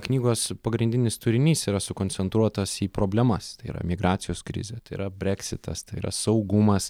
knygos pagrindinis turinys yra sukoncentruotas į problemas tai yra migracijos krizę tai yra breksitas tai yra saugumas